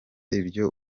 ibyo